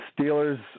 Steelers